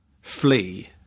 flee